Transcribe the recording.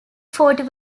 fort